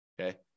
okay